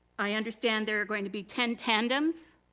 i understand there are going to be ten tandems